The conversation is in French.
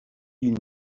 ils